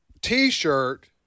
T-shirt